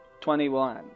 Twenty-one